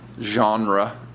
genre